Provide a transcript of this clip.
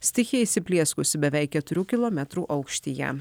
stichija įsiplieskusi beveik keturių kilometrų aukštyje